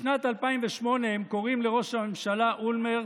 בשנת 2008 הם קראו לראש הממשלה אולמרט